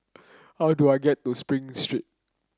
how do I get to Spring Street